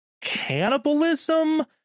cannibalism